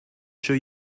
sure